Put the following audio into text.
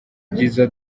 byiza